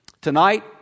Tonight